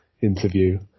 interview